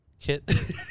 kit